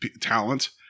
talent